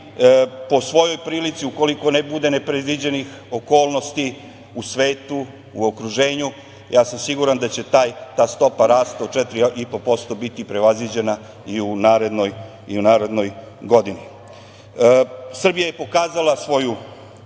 po svoj prilici, ukoliko ne bude nepredviđenih okolnosti u svetu, u okruženju, ja sam siguran da će ta stopa rasta od 4,5% biti prevaziđena i u narednoj godini. Srbija je pokazala svoju